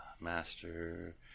master